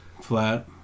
flat